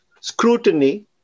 scrutiny